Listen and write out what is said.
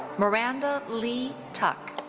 miranda leigh tuck.